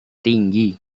tinggi